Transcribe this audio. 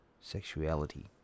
sexuality